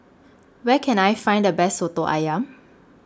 Where Can I Find The Best Soto Ayam